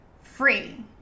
free